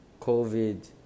COVID